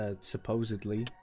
supposedly